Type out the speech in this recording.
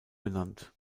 benannt